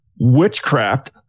witchcraft